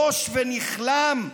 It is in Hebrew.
בוש ונכלם,